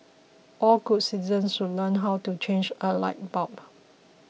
all good citizens should learn how to change a light bulb